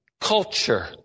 culture